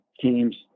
teams